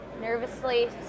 nervously